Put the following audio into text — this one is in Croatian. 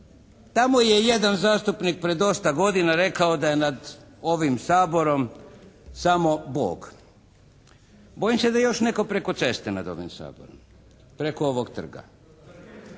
Tamo je jedan zastupnik pred dosta godina rekao da je nad ovim Saborom samo Bog. Bojim se da je još netko preko ceste nad ovim Saborom. Preko ovog Trga.